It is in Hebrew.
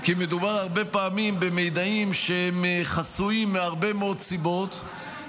כי מדובר הרבה פעמים במידעים שהם חסויים מהרבה מאוד סיבות,